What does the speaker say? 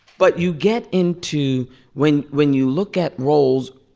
but you get into when when you look at roles